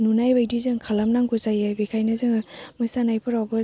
नुनाय बायदि जों खालामनांगौ जायो बेखायनो जोङो मोसानायफोरावबो